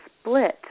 split